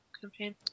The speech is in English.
campaign